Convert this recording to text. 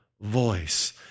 voice